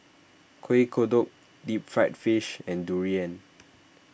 Kueh Kodok Deep Fried Fish and Durian